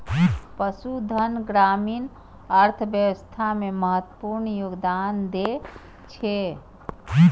पशुधन ग्रामीण अर्थव्यवस्था मे महत्वपूर्ण योगदान दै छै